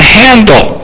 handle